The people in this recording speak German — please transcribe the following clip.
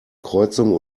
kreuzung